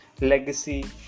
legacy